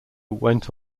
went